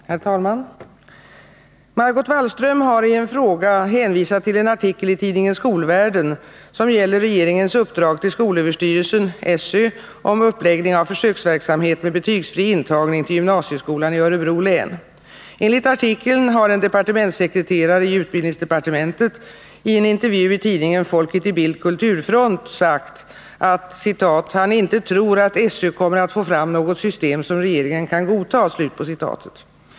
Herr talman! Margot Wallström har i en fråga hänvisat till en artikel i tidningen Skolvärlden som gäller regeringens uppdrag till skolöverstyrelsen om uppläggning av försöksverksamhet med betygsfri intagning till gymnasieskolan i Örebro län. Enligt artikeln har en departementssekreterare i utbildningsdepartementet i en intervju i tidningen Folket i Bild kulturfront sagt att ”han inte tror att SÖ kommer att få fram något system som regeringen kan godta”.